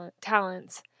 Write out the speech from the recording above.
talents